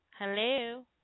Hello